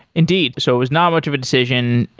indeed. so it was not much of a decision,